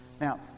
Now